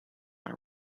not